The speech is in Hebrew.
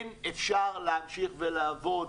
כן אפשר להמשיך לעבוד,